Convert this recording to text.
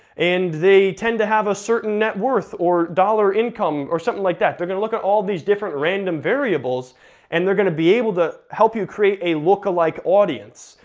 and they tend to have a certain net worth, or dollar income, or something like that. they're gonna look at all these different random variables and they're gonna be able to help you create a lookalike audience.